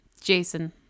Jason